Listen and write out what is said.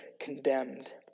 condemned